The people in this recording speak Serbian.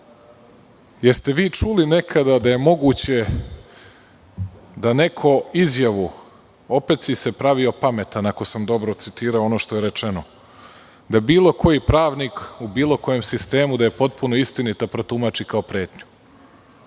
ste vi čuli nekada da je moguće da neko izjavu „opet si se pravio pametan“, ako sam dobro citirao ono što je rečeno, da bilo koji pravnik, u bilo kojem sistemu, da je potpuno istinito protumači kao pretnju?